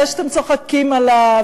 זה שאתם צוחקים עליו,